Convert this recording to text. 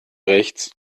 rechts